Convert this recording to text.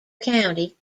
county